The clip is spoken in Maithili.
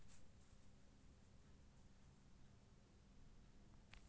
विकल्प अनुबंध मे दीर्घकालिक स्थिति बतबै छै, जे धारक अंतर्निहित परिसंपत्ति के मालिक छियै